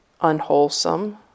unwholesome